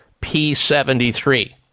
P73